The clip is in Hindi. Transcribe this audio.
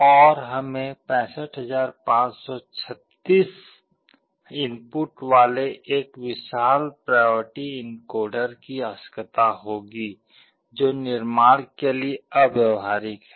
और हमें 65536 इनपुट वाले एक विशाल प्रायोरिटी एनकोडर की आवश्यकता होगी जो निर्माण के लिए अव्यावहारिक है